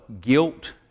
guilt